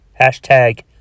Hashtag